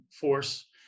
force